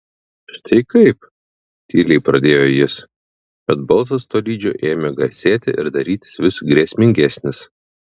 štai kaip tyliai pradėjo jis bet balsas tolydžio ėmė garsėti ir darytis vis grėsmingesnis